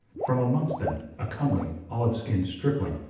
from amongst them a comely, olive-skinned stripling,